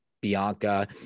Bianca